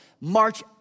march